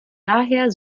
daher